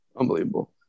unbelievable